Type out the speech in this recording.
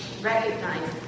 recognize